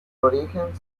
origen